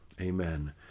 Amen